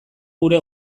gure